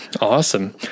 Awesome